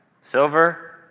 Silver